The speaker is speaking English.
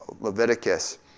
Leviticus